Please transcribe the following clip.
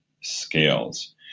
scales